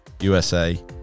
USA